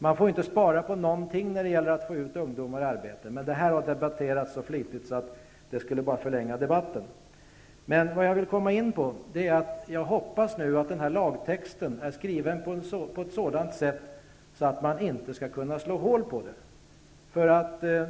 Man får inte spara på någonting när det gäller att få ut ungdomar i arbete. Det här har debatterats flitigt, och jag skall inte förlänga debatten. Jag hoppas nu att lagtexten är skriven på ett sådant sätt att man inte skall kunna slå hål på detta.